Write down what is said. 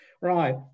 Right